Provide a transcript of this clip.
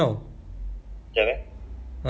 dekat rumah